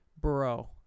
Bro